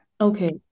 okay